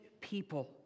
people